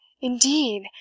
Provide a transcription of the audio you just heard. Indeed